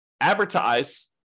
advertise